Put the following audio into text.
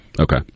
Okay